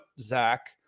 Zach